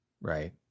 right